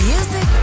Music